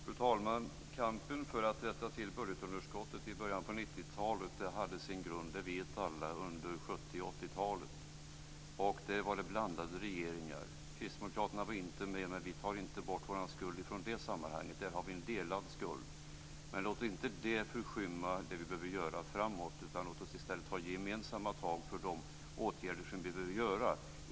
Fru talman! Alla vet att kampen för att rätta till budgetunderskottet i början av 90-talet hade sin grund i 70 och 80-talen, när vi hade en blandning av regeringar. Kristdemokraterna var inte med, men vi avsäger oss inte vår skuld i det sammanhanget. Det är fråga om en skuld som delas av flera. Men låt inte detta få skymma det som vi behöver göra för framtiden. Låt oss i stället ta gemensamma tag för de åtgärder som behöver vidtas.